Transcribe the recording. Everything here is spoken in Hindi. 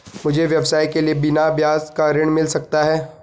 मुझे व्यवसाय के लिए बिना ब्याज का ऋण मिल सकता है?